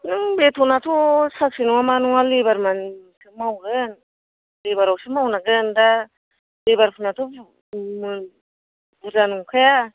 नों बेथनाथ' साख्रि नङा मा नङा लेबार मानसिसो मावगोन लेबार आवसो मावनांगोन दा लेबार फोराथ' बुरजा नंखाया